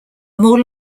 more